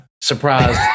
surprise